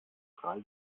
drei